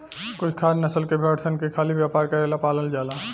कुछ खास नस्ल के भेड़ सन के खाली व्यापार करेला पालल जाला